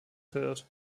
verirrt